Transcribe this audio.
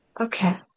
okay